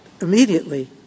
immediately